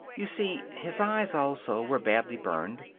you see, his eyes also were badly burned.